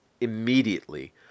immediately